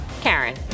Karen